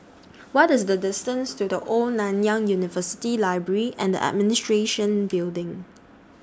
What IS The distance to The Old Nanyang University Library and Administration Building